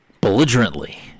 belligerently